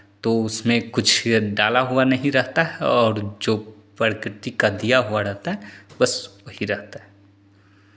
तो उसमें कुछ डाला हुआ नहीं रहता है और जो प्रकृति का दिया हुआ रहता है बस वही रहता है